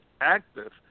active